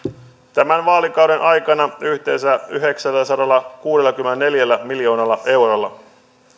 tämän vaalikauden aikana yhteensä yhdeksälläsadallakuudellakymmenelläneljällä miljoonalla eurolla